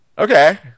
okay